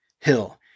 Hill